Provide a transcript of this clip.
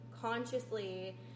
consciously